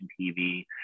TV